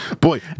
Boy